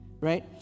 right